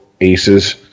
aces